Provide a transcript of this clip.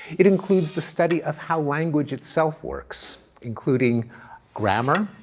it includes the study of how language itself works including grammar,